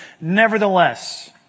Nevertheless